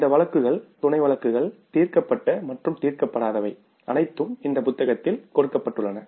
இந்த வழக்குகள் துணை வழக்குகள் தீர்க்கப்பட்ட மற்றும் தீர்க்கப்படாதவை அனைத்தும் இந்த புத்தகத்தில் கொடுக்கப்பட்டுள்ளன